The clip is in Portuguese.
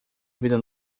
vida